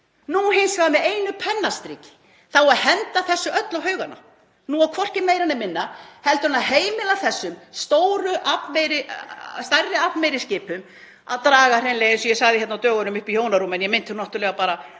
Nú hins vegar á með einu pennastriki að henda þessu öllu haugana. Nú á hvorki meira né minna en að heimila þessum stærri aflmeiri skipun að draga hreinlega, eins og ég sagði hérna á dögunum, upp í hjónarúm, en ég meinti náttúrlega bara